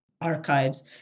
archives